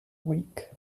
week